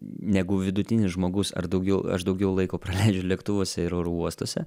negu vidutinis žmogus ar daugiau aš daugiau laiko praleidžiu lėktuvuose ir oro uostuose